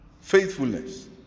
Faithfulness